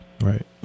Right